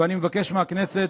לצרף את חבר הכנסת